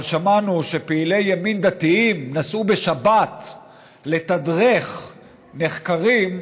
אבל שמענו שפעילי ימין דתיים נסעו בשבת לתדרך נחקרים,